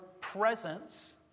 presence